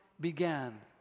began